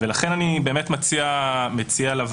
לכן אני באמת מציע לוועדה,